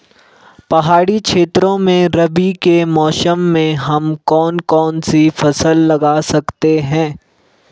पहाड़ी क्षेत्रों में रबी के मौसम में हम कौन कौन सी फसल लगा सकते हैं?